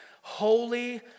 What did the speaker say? holy